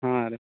ಹಾಂ ರೀ